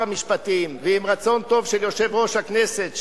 המשפטים ועם רצון טוב של יושב-ראש הכנסת,